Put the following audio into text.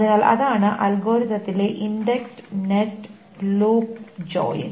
അതിനാൽ അതാണ് അൽഗോരിതത്തിലെ ഇൻഡക്സ്ഡ് നെസ്റ്റഡ് ലൂപ്പ് ജോയിൻ